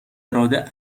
اراده